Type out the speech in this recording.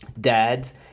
DADS